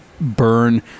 burn